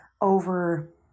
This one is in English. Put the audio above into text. over